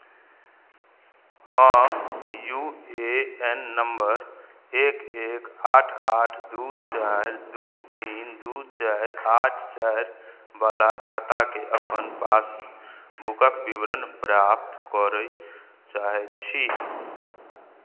हम U A N number एक एक आठ आठ दू चारि दू तीन दू चारि आठ चाइरवला खाताके अपन पासबुकक विवरण प्राप्त करय चाहैत छी